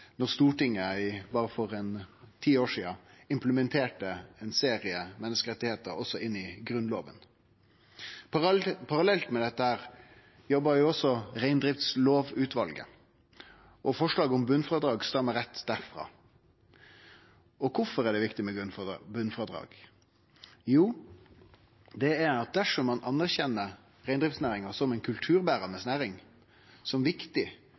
Stortinget for berre ca. ti år sidan implementerte ein serie menneskerettar inn i Grunnloven. Parallelt med dette jobba også reindriftslovutvalet. Forslaget om botnfrådrag stammar rett derfrå. Kvifor er det viktig med botnfrådrag? Jo, det er slik at dersom ein anerkjenner reindriftsnæringa som ei kulturberande næring, som viktig